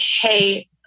hey